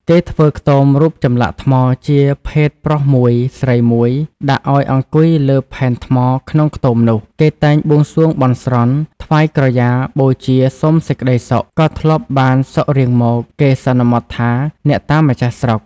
គេធ្វើខ្ទមរូបចំលាក់ថ្មជាភេទប្រុសមួយ ស្រីមួយ ដាក់អោយអង្គុយលើផែនថ្មក្នុងខ្ទមនោះ គេតែងបួងសួងបន់ស្រន់ ថ្វាយក្រយ៉ាបូជាសុំសេចក្ដីសុខ ក៏ធ្លាប់បាន សុខរៀងមក គេសន្មត់ថាអ្នកតាម្ចាស់ស្រុក។